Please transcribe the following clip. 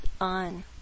on